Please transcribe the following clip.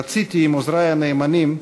רציתי עם עוזרי הנאמנים,